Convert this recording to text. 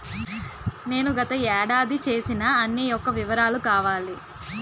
నేను గత ఏడాది చేసిన అన్ని యెక్క వివరాలు కావాలి?